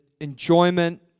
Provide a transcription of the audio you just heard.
enjoyment